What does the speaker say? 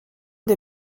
des